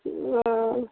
ओ